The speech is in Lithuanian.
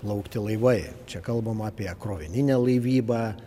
plaukti laivai čia kalbama apie krovininę laivybą